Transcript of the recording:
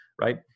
right